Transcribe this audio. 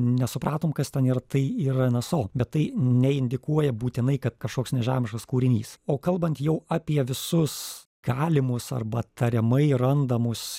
nesupratom kas ten yra tai yra nso bet tai neindikuoja būtinai kad kažkoks nežemiškas kūrinys o kalbant jau apie visus galimus arba tariamai randamus